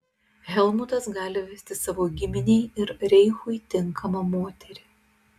helmutas gali vesti savo giminei ir reichui tinkamą moterį